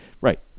right